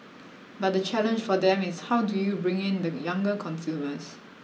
but the challenge for them is how do you bring in the younger consumers